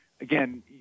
again